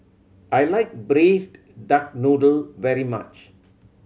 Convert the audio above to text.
I like Braised Duck Noodle very much